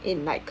in like